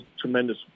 tremendous